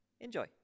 enjoy